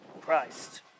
Christ